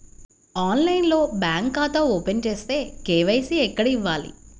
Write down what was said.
ఆన్లైన్లో బ్యాంకు ఖాతా ఓపెన్ చేస్తే, కే.వై.సి ఎక్కడ ఇవ్వాలి?